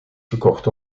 gekocht